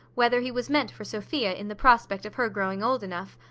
whether he was meant for sophia, in the prospect of her growing old enough.